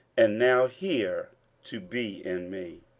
and now hear to be in me.